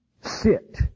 sit